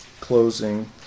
closing